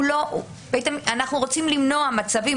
אנחנו רוצים למנוע מצבים,